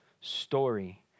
story